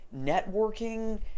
Networking